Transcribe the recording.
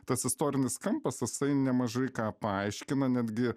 tas istorinis kampas jisai nemažai ką paaiškina netgi